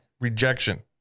rejection